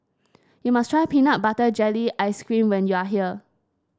you must try Peanut Butter Jelly Ice cream when you are here